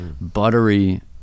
buttery